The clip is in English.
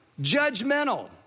judgmental